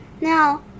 Now